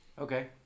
Okay